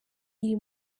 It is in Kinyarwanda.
iri